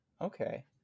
Okay